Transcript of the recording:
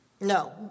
No